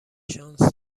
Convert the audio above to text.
شانس